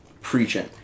preaching